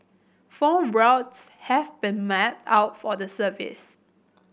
four routes have been mapped out for the service